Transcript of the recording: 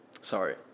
sorry